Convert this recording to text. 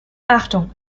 achtung